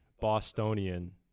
Bostonian